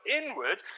inward